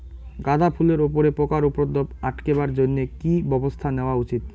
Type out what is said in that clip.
গাঁদা ফুলের উপরে পোকার উপদ্রব আটকেবার জইন্যে কি ব্যবস্থা নেওয়া উচিৎ?